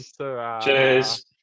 Cheers